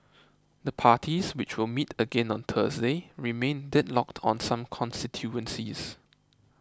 the parties which will meet again on Thursday remain deadlocked on some constituencies